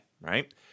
right